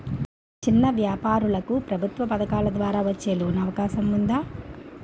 చిన్న వ్యాపారాలకు ప్రభుత్వం పథకాల ద్వారా వచ్చే లోన్ అవకాశం ఉందా?